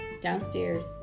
downstairs